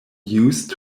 used